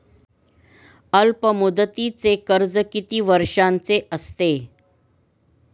अल्पमुदतीचे कर्ज किती वर्षांचे असते?